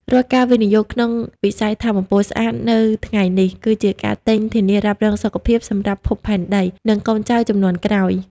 រាល់ការវិនិយោគក្នុងវិស័យថាមពលស្អាតនៅថ្ងៃនេះ គឺជាការទិញ "ធានារ៉ាប់រងសុខភាព" សម្រាប់ភពផែនដី និងកូនចៅជំនាន់ក្រោយ។